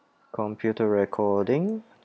computer recording